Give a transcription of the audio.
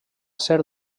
ser